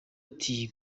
ati